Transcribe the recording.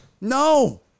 No